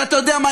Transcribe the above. ואתה יודע מה,